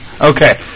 Okay